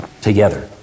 together